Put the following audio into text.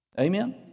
Amen